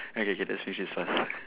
okay okay K let's finish this fast